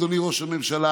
אדוני ראש הממשלה,